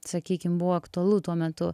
sakykim buvo aktualu tuo metu